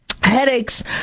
Headaches